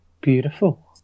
Beautiful